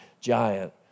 giant